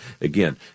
again